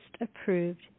approved